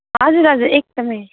हजुर हजुर एकदमै